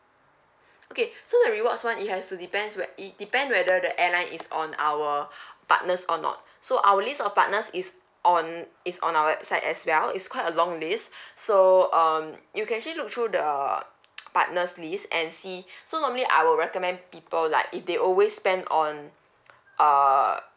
okay so the rewards one it has to depends whe~ it depends whether the airline is on our partners or not so our list of partners is on is on our website as well is quite a long list so um you can actually look through the partners list and see so normally I will recommend people like if they always spend on err